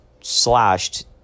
slashed